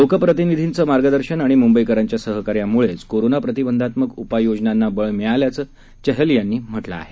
लोकप्रतिनिधींचं मार्गदर्शन आणि मुंबईकरांच्या सहकार्यामुळेच कोरोना प्रतिबंधात्मक उपाययोजनांना बळ मिळाल्याचं चहल यांनी म्हटलं आहे